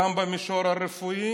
גם במישור הרפואי